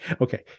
Okay